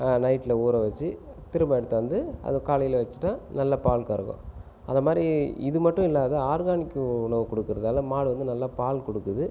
நைட்டில் ஊற வச்சு திரும்ப எடுத்தாந்து காலையில் வச்சுட்டா நல்லா பால் கறக்கும் அது மாதிரி இது மட்டும் இல்லாமல் ஆர்கானிக் உணவு கொடுக்குறதால மாடு வந்து நல்லா பால் கொடுக்குது